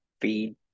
feed